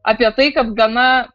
apie tai kad gana